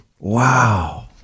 Wow